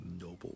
noble